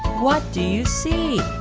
what do you see?